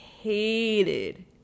hated